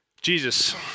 Jesus